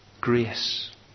Grace